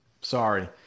Sorry